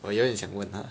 我有一点想问他